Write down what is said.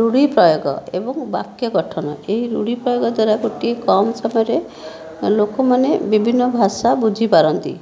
ରୂଢ଼ି ପ୍ରୟୋଗ ଏବଂ ବାକ୍ୟ ଗଠନ ଏହି ରୂଢ଼ି ପ୍ରୟୋଗ ଦ୍ୱାରା ଗୋଟିଏ କମ୍ ସମୟରେ ଲୋକମାନେ ବିଭିନ୍ନ ଭାଷା ବୁଝିପାରନ୍ତି